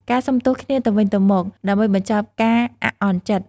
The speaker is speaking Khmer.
ការសុំទោសគ្នាទៅវិញទៅមក ដើម្បីបញ្ចប់ការអាក់អន់ចិត្ត។